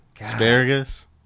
Asparagus